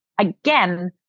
Again